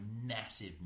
massive